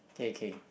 K K